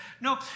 No